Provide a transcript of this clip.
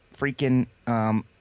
freaking